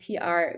pr